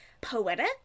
poetic